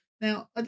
Now